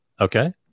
Okay